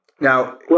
Now